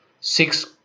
six